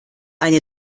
eine